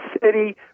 City